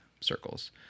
circles